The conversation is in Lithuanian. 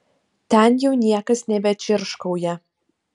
ten jau niekas nebečirškauja